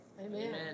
Amen